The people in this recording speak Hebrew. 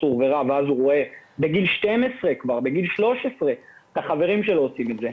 עצוב ורע ואז הוא רואה בגיל 12 ו-13 את החברים שלו עושים את זה,